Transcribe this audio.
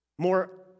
More